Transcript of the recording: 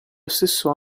stesso